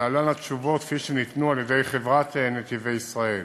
להלן התשובות כפי שניתנו על-ידי חברת "נתיבי ישראל":